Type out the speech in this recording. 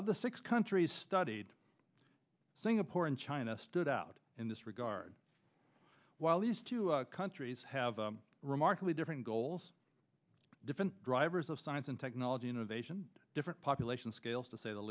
of the six countries studied singapore and china stood out in this regard while these two countries have remarkably different goals different drivers of science and technology innovation different population scales to say the